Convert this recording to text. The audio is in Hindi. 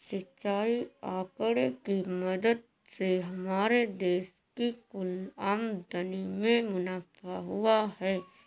सिंचाई आंकड़े की मदद से हमारे देश की कुल आमदनी में मुनाफा हुआ है